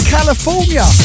California